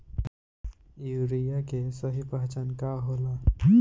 Urea के सही पहचान का होला?